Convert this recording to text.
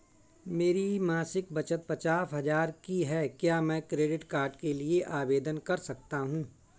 मेरी मासिक बचत पचास हजार की है क्या मैं क्रेडिट कार्ड के लिए आवेदन कर सकता हूँ?